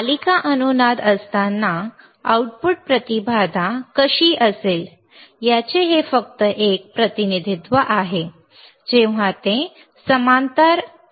मालिका अनुनाद असताना आउटपुट प्रतिबाधा कशी असेल याचे हे फक्त एक प्रतिनिधित्व आहे जेव्हा ते समांतर अनुनादात असते